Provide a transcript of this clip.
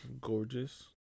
Gorgeous